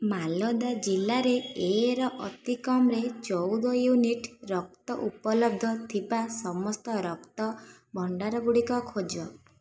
ମାଲଦା ଜିଲ୍ଲାରେ ଏ ର ଅତିକମ୍ରେ ଚଉଦ ୟୁନିଟ୍ ରକ୍ତ ଉପଲବ୍ଧ ଥିବା ସମସ୍ତ ରକ୍ତଭଣ୍ଡାର ଗୁଡ଼ିକ ଖୋଜ